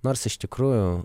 nors iš tikrųjų